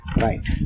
right